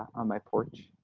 on my porch.